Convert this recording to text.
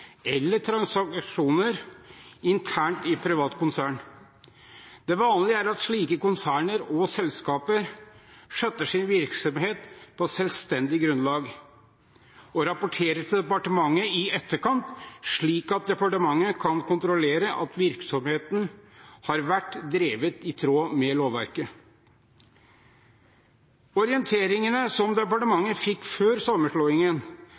eller transaksjoner internt i et privat konsern. Det vanlige er at slike konserner og selskaper skjøtter sin virksomhet på selvstendig grunnlag og rapporterer til departementet i etterkant, slik at departementet kan kontrollere at virksomheten har vært drevet i tråd med lovverket. Orienteringene som departementet fikk før sammenslåingen,